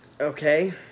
Okay